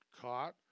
caught